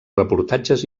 reportatges